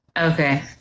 Okay